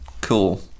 Cool